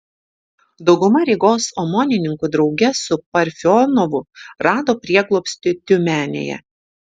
dauguma rygos omonininkų drauge su parfionovu rado prieglobstį tiumenėje